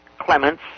Clements